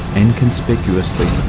inconspicuously